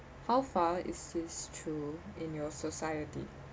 how far is this true in your society